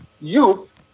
youth